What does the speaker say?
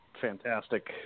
fantastic